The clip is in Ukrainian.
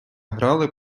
грали